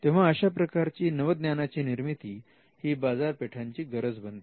तेव्हा अशा प्रकारची नवज्ञानाची निर्मिती ही बाजारपेठांची गरज बनते